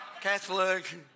Catholic